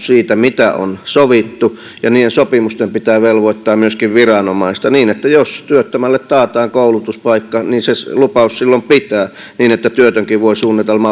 siitä mitä on sovittu ja niiden sopimusten pitää velvoittaa myöskin viranomaista niin että jos työttömälle taataan koulutuspaikka se lupaus silloin pitää niin että työtönkin voi suunnitella